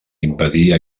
impedir